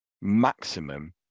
maximum